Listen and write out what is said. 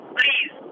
please